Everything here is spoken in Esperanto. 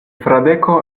fradeko